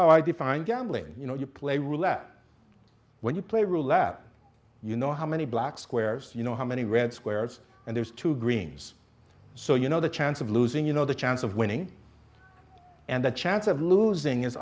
how i define gambling you know you play roulette when you play roulette you know how many black squares you know how many red squares and there's two greens so you know the chance of losing you know the chance of winning and the chance of losing is